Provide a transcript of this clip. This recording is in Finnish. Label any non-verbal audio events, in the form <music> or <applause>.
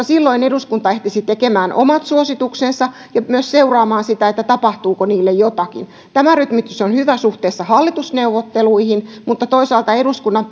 <unintelligible> silloin eduskunta ehtisi tekemään omat suosituksensa ja myös seuraamaan sitä tapahtuuko niille jotakin tämä rytmitys on hyvä suhteessa hallitusneuvotteluihin mutta toisaalta eduskunnan <unintelligible>